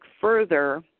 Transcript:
further